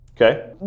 Okay